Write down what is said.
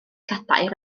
cadair